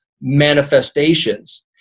manifestations